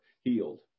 healed